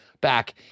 back